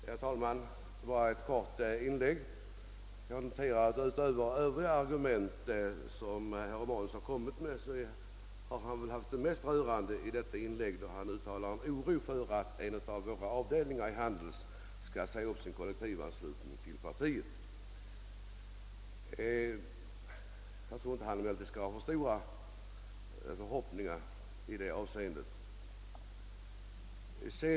Herr talman! Jag vill endast göra ett kort inlägg. Utöver övriga argument som herr Romanus kommit med var väl det mest rörande när han uttalade oro över att en av våra avdelningar i De handelsanställdas förbund skulle säga upp sin kollektivanslutning till partiet. Jag tror inte han skall ha alltför stora förhoppningar i det avseendet.